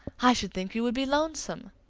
i should think you would be lonesome!